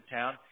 town